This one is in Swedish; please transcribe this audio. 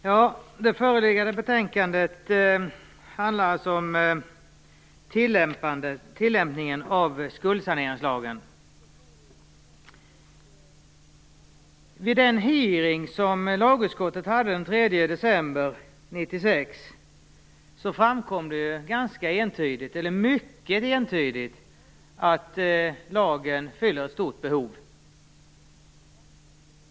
Herr talman! Detta betänkande handlar alltså om tillämpningen av skuldsaneringslagen. Vid den hearing som lagutskottet hade den 3 december 1996 framkom det mycket entydigt att lagen fyller ett stort behov.